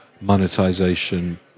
monetization